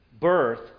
birth